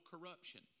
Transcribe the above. corruption